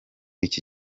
iki